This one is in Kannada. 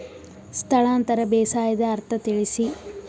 ಸ್ಥಳಾಂತರ ಬೇಸಾಯದ ಅರ್ಥ ತಿಳಿಸಿ?